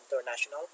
International